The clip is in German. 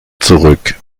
zurück